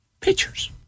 pictures